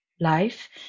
life